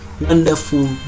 wonderful